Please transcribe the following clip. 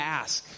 ask